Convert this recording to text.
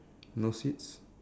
no seats